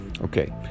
Okay